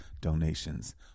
donations